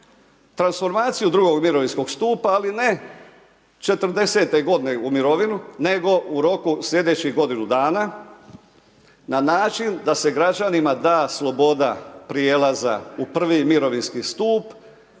Transformaciju drugog mirovinskog stupa ali ne 40 g. u mirovinu nego u roku slijedećih godinu dana na način da s građanima da sloboda prijelaza u prvi mirovinski stup